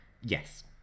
Yes